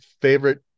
favorite